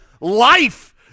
life